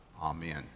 Amen